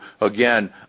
again